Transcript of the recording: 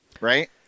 Right